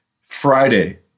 Friday